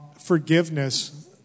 Forgiveness